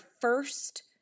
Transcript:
first